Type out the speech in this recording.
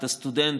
מרכיבים: